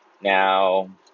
Now